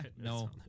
no